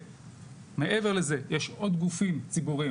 מעבר לזה יש עוד גופים ציבוריים